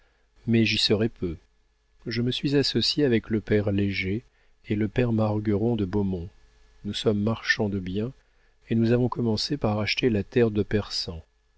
mais j'y serai peu je me suis associé avec le père léger et le père margueron de beaumont nous sommes marchands de biens et nous avons commencé par acheter la terre de persan